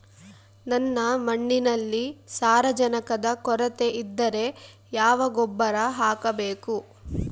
ನನ್ನ ಮಣ್ಣಿನಲ್ಲಿ ಸಾರಜನಕದ ಕೊರತೆ ಇದ್ದರೆ ಯಾವ ಗೊಬ್ಬರ ಹಾಕಬೇಕು?